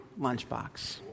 lunchbox